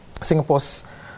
Singapore's